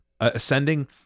ascending